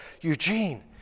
Eugene